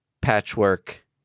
patchwork